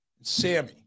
Sammy